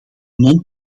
non